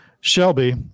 Shelby